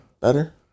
Better